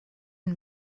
une